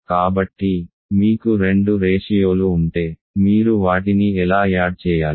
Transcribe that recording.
కాబట్టి మీకు రెండు రేషియోలు ఉంటే మీరు వాటిని ఎలా యాడ్ చేయాలి